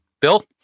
Bill